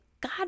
God